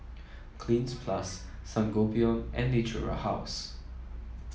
Cleanz Plus Sangobion and Natura House